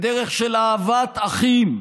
בדרך של אהבת אחים,